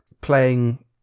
playing